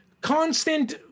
constant